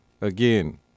Again